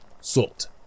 salt